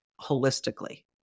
holistically